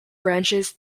branches